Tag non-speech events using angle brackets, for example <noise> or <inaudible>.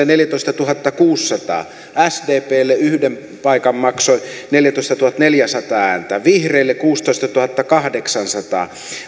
<unintelligible> neljätoistatuhattakuusisataa sdplle yksi paikka maksoi neljätoistatuhattaneljäsataa ääntä vihreille kuusitoistatuhattakahdeksansataa